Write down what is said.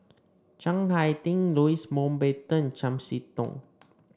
Chiang Hai Ding Louis Mountbatten Chiam See Tong